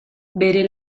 bere